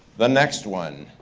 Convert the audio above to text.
the next one.